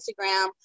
Instagram